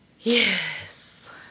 Yes